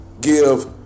give